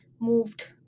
moved